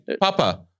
Papa